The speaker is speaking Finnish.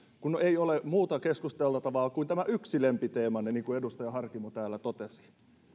kun ei ole muuta keskusteltavaa kuin tämä yksi lempiteemanne niin kuin edustaja harkimo täällä totesi